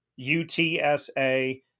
UTSA